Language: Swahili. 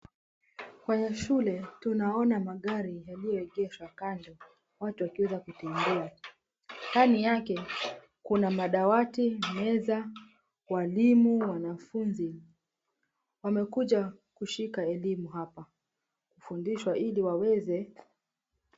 Kwenye shule tunaona magari yaliyoegeshwa kando watu wakiweza kutembea. Ndani yake kuna madawati, meza, walimu, wanafunzi. Wamekuja kushika elimu hapa, kufundishwa ili waweze...